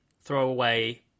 throwaway